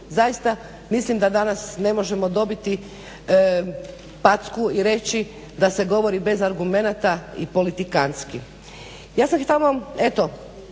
Zaista mislim da danas ne možemo dobiti packu i reći da se govori bez argumenata i politikantski. Ja sam samo eto